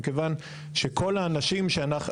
מכיוון שכל האנשים שאנחנו,